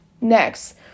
Next